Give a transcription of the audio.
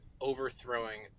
overthrowing